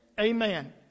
Amen